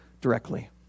directly